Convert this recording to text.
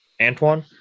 Antoine